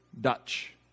Dutch